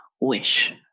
wish